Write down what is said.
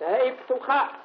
תהא פתוחה